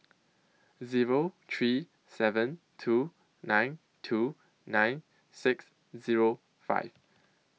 Zero three seven two nine two nine six Zero five